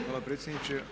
Hvala predsjedniče.